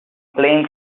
playing